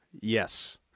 Yes